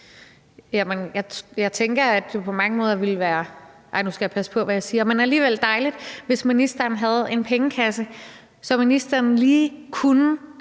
Jeg tænker, at det på mange måder ville være – nu skal jeg passe på, hvad jeg siger – dejligt, hvis ministeren havde en pengekasse, så ministeren lige kunne